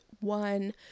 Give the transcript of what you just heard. one